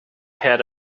had